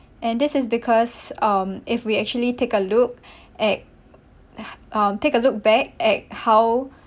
and this is because um if we actually take a look at um take a look back at how